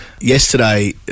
yesterday